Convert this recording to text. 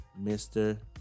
mr